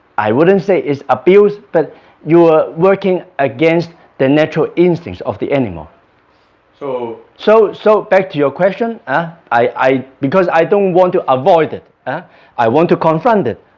i wouldn't say it's abuse but you're working against the natural instincts of the animal so so so back to your question ah because i don't want to avoid it ah i want to confront it,